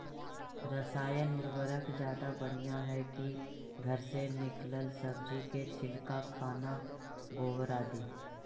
रासायन उर्वरक ज्यादा बढ़िया हैं कि घर से निकलल सब्जी के छिलका, खाना, गोबर, आदि?